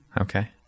Okay